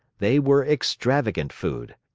they were extravagant food.